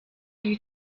you